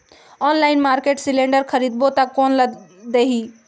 Online market cylinder खरीदबो ता कोन ला देही?